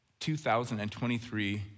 2023